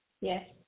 Yes